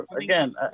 again